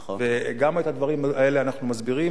גם את הדברים האלה אנחנו מסבירים.